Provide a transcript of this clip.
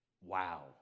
Wow